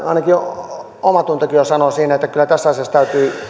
ainakin omatuntokin jo sanoo siinä että kyllä tässä asiassa täytyy